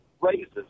raises